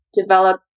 develop